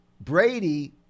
Brady